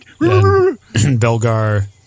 Belgar